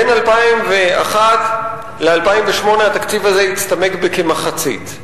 בין 2001 ל-2008 התקציב הזה הצטמק בכמחצית.